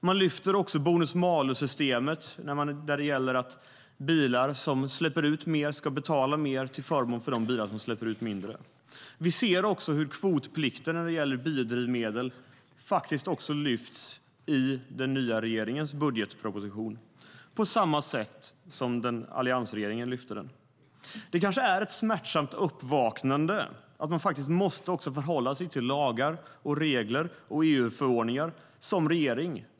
Man lyfter också bonus-malus-systemet, som innebär att bilar som släpper ut mer ska betala mer till förmån för de bilar som släpper ut mindre. Vi ser också hur kvotplikten när det gäller biodrivmedel lyfts i den nya regeringens budgetproposition, på samma sätt som alliansregeringen lyfte den. Det kanske är ett smärtsamt uppvaknande att man måste förhålla sig till lagar, regler och EU-förordningar som regering.